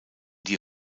die